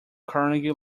carnegie